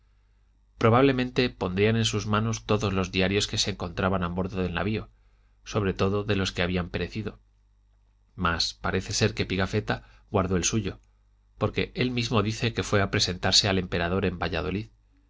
probablemente pondrían en sus manos todos los diarios que se encontraban a bordo del navio sobre todo de los que habían perecido mas parece ser que pigafetta guardó el suyo porque él mismo dice que fué a presentarse al emperador en valladolid